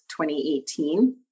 2018